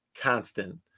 constant